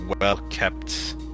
well-kept